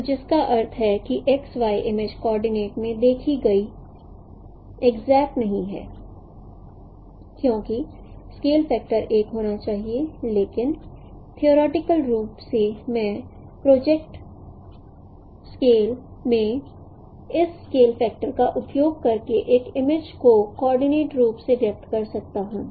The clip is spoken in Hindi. तो जिसका अर्थ है कि इमेज कोऑर्डिनेट में देखी गई एग्जैक्ट नहीं है क्योंकि स्केल फैक्टर 1 होना चाहिए लेकिन थियोरिटिकल रूप से मैं प्रोजेक्ट स्केल में इस स्केल फैक्टर का उपयोग करके एक इमेज को कोऑर्डिनेट रूप से व्यक्त कर सकता हूं